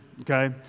okay